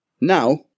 now